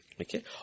Okay